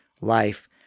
life